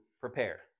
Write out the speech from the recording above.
prepare